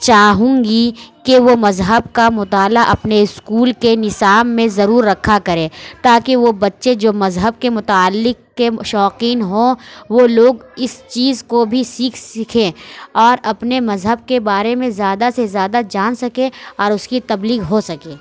چاہوں گی کہ وہ مذہب کا مطالعہ اپنے اسکول کے نصاب میں ضرور رکھا کریں تاکہ وہ بچے جو مذہب کے متعلق کے شوقین ہوں وہ لوگ اس چیز کو بھی سیکھ سیکھیں اور اپنے مذہب کے بارے میں زیادہ سے زیادہ جان سکیں اور اس کی تبلیغ ہو سکے